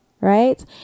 right